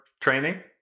training